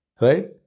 Right